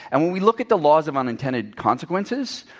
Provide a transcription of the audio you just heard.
and when we look at the laws of unintended consequences,